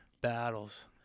Battles